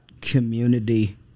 community